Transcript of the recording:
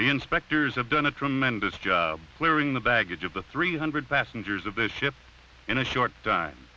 the inspectors have done a tremendous job clearing the baggage of the three hundred passengers of the ship in a short time